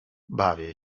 bawię